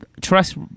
trust